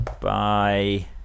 bye